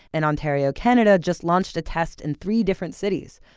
and ontario, canada, just launched a test in three different cities.